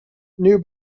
new